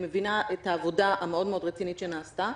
מבינה את העבודה המאוד מאוד רצינית שנעשתה.